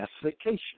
classification